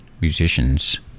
musician's